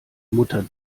mutter